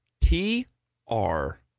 T-R